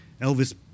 Elvis